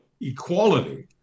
equality